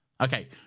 Okay